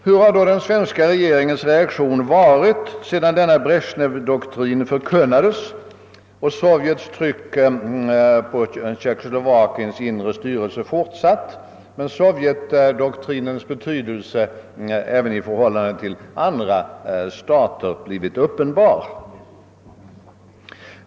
Hur har då den svenska regeringens reaktion varit, sedan denna Brezjnevdoktrin förkunnades och Sovjets tryck på Tjeckoslovakiets inre styrelse fortsatt och Sovjets tryck även i förhållande till andra stater blivit uppenhart?